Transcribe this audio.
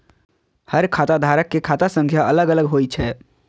हर खाता धारक के खाता संख्या अलग अलग होइ छै